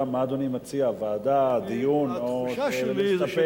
מה אדוני מציע, ועדה, דיון או להסתפק?